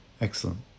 Excellent